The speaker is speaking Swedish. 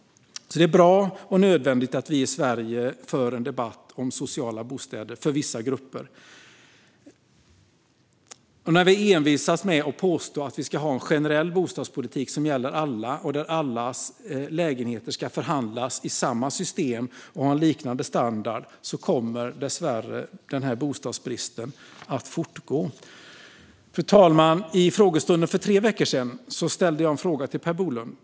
Det är bra och nödvändigt att vi i Sverige för en debatt om sociala bostäder för vissa grupper. När vi envisas med att påstå att vi ska ha en generell bostadspolitik som gäller alla och där allas lägenheter ska förhandlas i samma system och ha en liknande standard kommer dessvärre bostadsbristen att fortsätta. Fru talman! Under frågestunden för två veckor sedan ställde jag en fråga till Per Bolund.